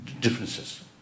differences